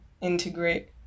Integrate